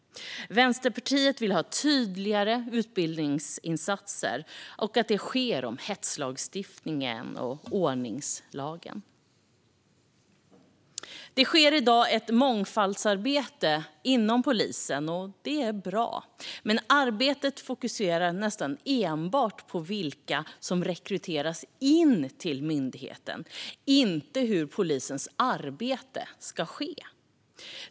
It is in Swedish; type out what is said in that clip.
Vänsterpartiet vill ha tydligare utbildningsinsatser i frågor om hetslagstiftningen och ordningslagen. Det sker i dag ett mångfaldsarbete inom polisen - och det är bra. Men arbetet fokuserar nästan enbart på vilka som rekryteras in till polisen, inte på hur polisens arbete ska utföras.